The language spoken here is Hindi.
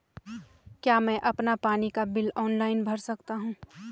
क्या मैं अपना पानी का बिल ऑनलाइन भर सकता हूँ?